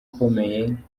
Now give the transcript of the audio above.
ukomeye